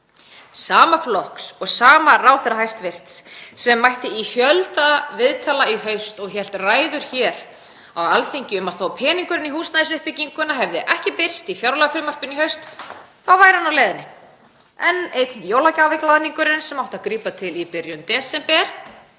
Sama flokks og sama ráðherra sem mætti í fjölda viðtala í haust og hélt ræður hér á Alþingi um að þó að peningurinn í húsnæðisuppbygginguna hefði ekki birst í fjárlagafrumvarpinu í haust þá væri hann á leiðinni. Enn einn jólagjafaglaðningurinn sem átti að grípa til í byrjun desember,